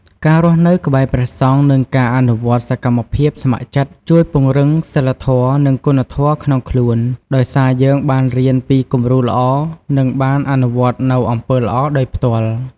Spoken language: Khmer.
ការរស់នៅក្បែរព្រះសង្ឃ និងការអនុវត្តសកម្មភាពស្ម័គ្រចិត្ត ជួយពង្រឹងសីលធម៌ និងគុណធម៌ក្នុងខ្លួន ដោយសារយើងបានរៀនពីគំរូល្អ និងបានអនុវត្តនូវអំពើល្អដោយផ្ទាល់។